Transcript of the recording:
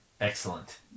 Excellent